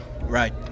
Right